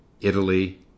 Italy